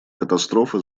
катастрофы